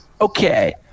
okay